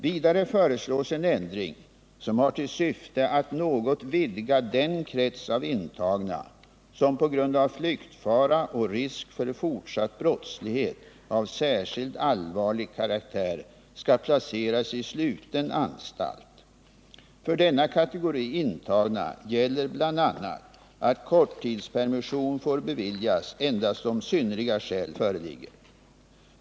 Vidare föreslås en ändring som hartill syfte att något vidga den krets av intagna som på grund av flyktfara och risk för fortsatt brottslighet av särskilt allvarlig karaktär skall placeras i sluten anstalt. För denna kategori intagna gäller bl.a. att korttidspermission får beviljas endast om synnerliga skäl föreligger.